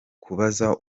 kubaza